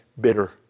bitter